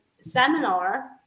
seminar